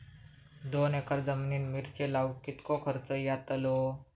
दोन एकर जमिनीत मिरचे लाऊक कितको खर्च यातलो?